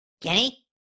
Kenny